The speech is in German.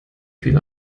viel